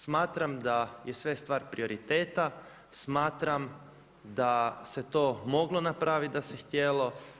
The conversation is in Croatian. Smatram da je sve stvar prioriteta, smatram da se to moglo napraviti da se htjelo.